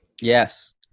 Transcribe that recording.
Yes